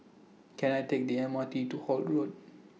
Can I Take The M R T to Holt Road